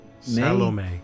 Salome